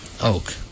oak